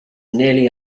nearly